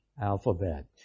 alphabet